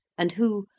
and who,